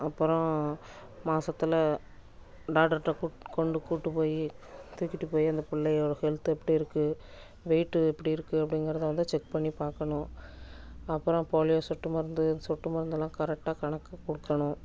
அப்புறோம் மாசத்தில் டாக்டர்கிட்ட கூட் கொண்டு கூட்டு போய் தூக்கிட்டு போய் அந்த பிள்ளையோட ஹெல்த்து எப்படி இருக்குது வெயிட்டு எப்படி இருக்குது அப்படிங்கிறத வந்து செக் பண்ணி பார்க்கணும் அப்புறம் போலியோ சொட்டு மருந்து சொட்டு மருந்துலாம் கரெக்டாக கணக்காக கொடுக்கணும்